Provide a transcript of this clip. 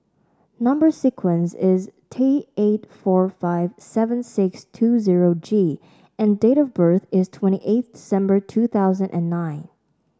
number sequence is T eight four five seven six two zero G and date of birth is twenty eighth December two thousand and nine